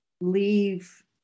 leave